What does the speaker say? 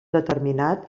determinat